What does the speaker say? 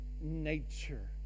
nature